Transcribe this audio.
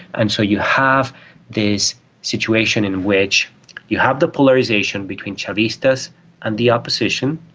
and so you have this situation in which you have the polarisation between chavistas and the opposition,